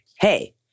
hey